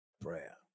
Prayer